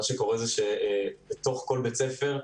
בתוך כל בית ספר,